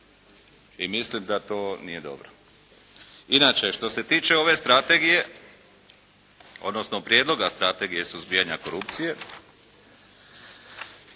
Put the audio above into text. i mislim da to nije dobro. Inače, što se tiče ove strategije, odnosno Prijedloga strategije suzbijanja korupcije